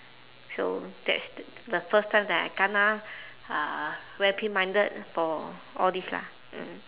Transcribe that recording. so that's the the first time that I kena uh reprimanded for all this lah mm